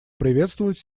приветствовать